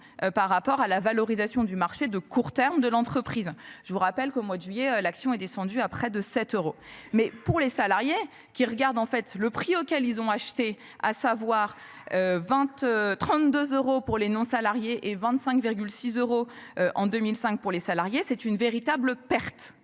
par rapport à la valorisation du marché de court terme de l'entreprise. Je vous rappelle qu'au mois de juillet, l'action est descendu à près de 7 euros mais pour les salariés qui regarde en fait le prix auquel ils ont acheté à savoir. 20 32 euros pour les non-salariés et 25. Euros en 2005 pour les salariés, c'est une véritable perte.